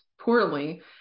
poorly